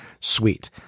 Sweet